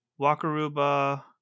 Wakaruba